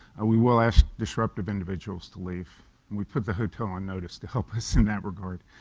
we will ask disruptive individuals to leave and we put the hotel on notice to help in that regard.